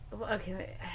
Okay